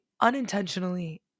unintentionally